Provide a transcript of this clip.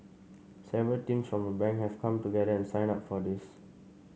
several teams from a bank have come together and signed up for this